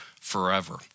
forever